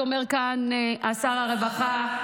ארבע סמנכ"ליות, אומר כאן שר הרווחה.